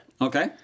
Okay